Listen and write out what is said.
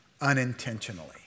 unintentionally